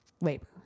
labor